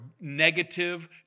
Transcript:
negative